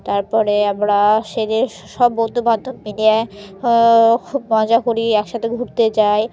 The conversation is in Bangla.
তার পরে আমরা সেদিন সব বন্ধুবান্ধব মিলে খুব মজা করি একসাথে ঘুরতে যাই